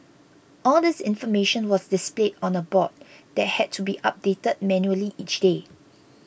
all this information was displayed on a board that had to be updated manually each day